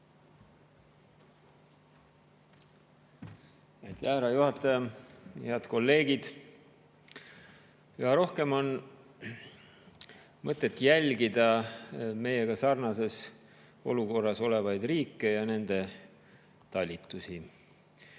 härra juhataja! Head kolleegid! Üha rohkem on mõtet jälgida meiega sarnases olukorras olevaid riike ja nende talitusi.